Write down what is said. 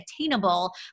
attainable